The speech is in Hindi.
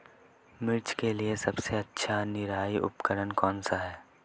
मिर्च के लिए सबसे अच्छा निराई उपकरण कौनसा है?